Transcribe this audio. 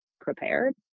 prepared